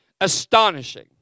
astonishing